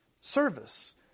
service